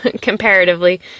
comparatively